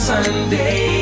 Sunday